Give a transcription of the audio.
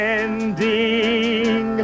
ending